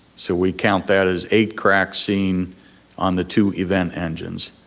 so we count that as eight cracks seen on the two event engines.